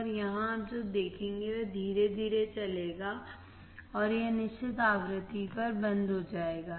और यहां आप जो देखेंगे वह धीरे धीरे चलेगा और यह निश्चित आवृत्ति पर बंद हो जाएगा